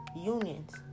unions